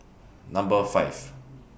Number five